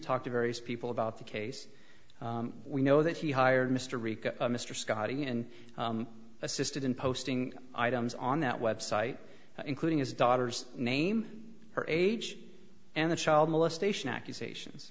talk to various people about the case we know that he hired mr ricca mr scott and assisted in posting items on that website including his daughter's name her age and the child molestation accusations